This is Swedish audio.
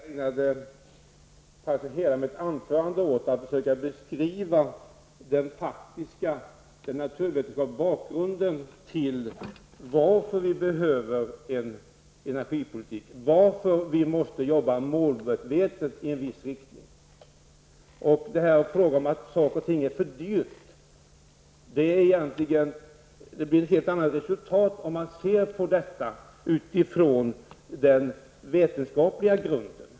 Herr talman! Jag ägnade faktiskt hela mitt anförande åt att försöka beskriva den faktiska naturvetenskapliga bakgrunden till varför vi behöver en energipolitik och varför vi måste jobba målmedvetet i en viss riktning. Beträffande frågan om att det blir för dyrt så kommer man egentligen till ett helt annat resultat om man ser det utifrån vetenskapliga grunder.